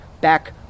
back